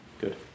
Good